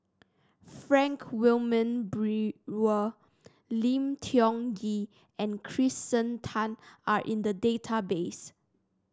Frank Wilmin Brewer Lim Tiong Ghee and Kirsten Tan are in the database